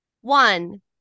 one